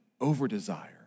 over-desire